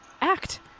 act